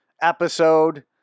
episode